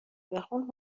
بخون